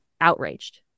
outraged